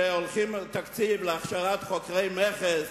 שהולכים על תקציב להכשרת חוקרי מכס,